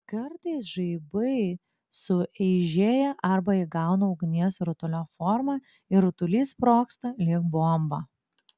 kartais žaibai sueižėja arba įgauna ugnies rutulio formą ir rutulys sprogsta lyg bomba